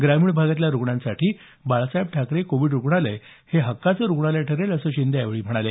ग्रामीण भागातल्या रुग्णासाठी बाळासाहेब ठाकरे कोविड रुग्णालय हे एक हक्काचे रुग्णालय ठरेल असं शिंदे यावेळी म्हणाले